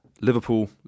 Liverpool